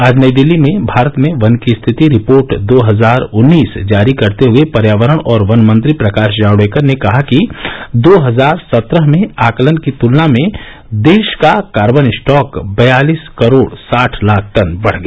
आज नई दिल्ली में भारत में वन की स्थिति रिपोर्ट दो हजार उन्नीस जारी करते हुए पर्यावरण और वन मंत्री प्रकाश जावड़ेकर ने कहा कि दो हजार सत्रह में आकलन की तुलना में देश का कार्बन स्टॉक बयालिस करोड़ साठ लाख टन बढ गया